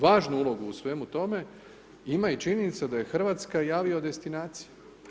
Važnu ulogu u svemu tome ima i činjenica da je Hrvatska avio destinacija.